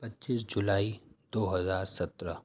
پچیس جولائی دو ہزار سترہ